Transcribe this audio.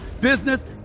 business